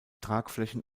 tragflächen